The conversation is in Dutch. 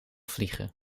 vliegen